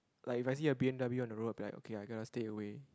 like if I see a B_M_W on the road I'd be like okay I got to stay away